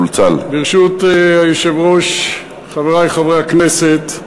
ברשות היושב-ראש, חברי חברי הכנסת,